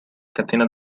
catena